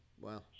Wow